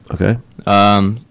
Okay